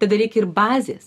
tada reikia ir bazės